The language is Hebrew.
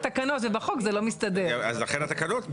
בסיכום מסכמים.